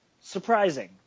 surprising